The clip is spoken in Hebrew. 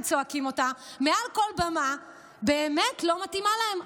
צועקים מעל כל במה באמת לא מתאימה להם,